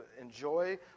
enjoy